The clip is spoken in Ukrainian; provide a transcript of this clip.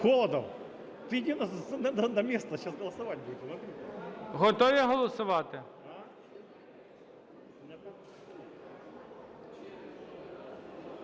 Готові голосувати?